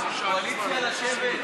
אנחנו עוברים להצביע על הסתייגות